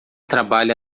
trabalha